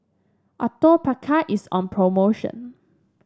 Atopiclair is on promotion